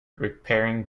repairing